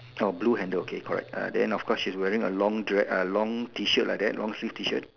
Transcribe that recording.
oh blue handle okay correct uh then of course she's wearing a long dre~ uh long T shirt like that long sleeve T shirt